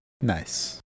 Nice